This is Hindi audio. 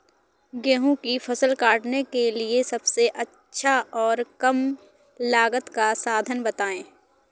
गेहूँ की फसल काटने के लिए सबसे अच्छा और कम लागत का साधन बताएं?